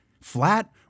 Flat